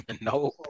No